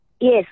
Yes